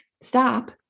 stop